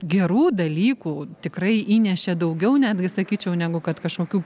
gerų dalykų tikrai įnešė daugiau netgi sakyčiau negu kad kažkokių